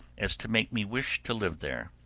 as to make me wish to live there.